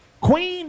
Queen